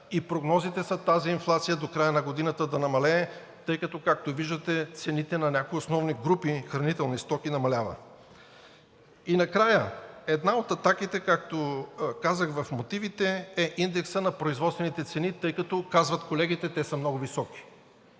прогнозите са тази инфлация до края на годината да намалее, тъй като, както виждате, цените на някои основни групи хранителни стоки намаляват. И накрая, една от атаките, както казах, в мотивите е индексът на производствените цени, тъй като, казват колегите, те са много високи.